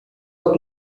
her